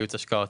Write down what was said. ייעוץ השקעות,